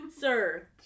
sir